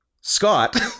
scott